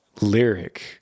lyric